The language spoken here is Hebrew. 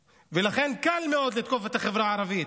ולכן, קל מאוד לתקוף את החברה הערבית,